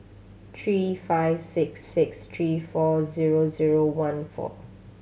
three five six six three four zero zero one four